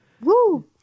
Woo